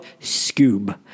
Scoob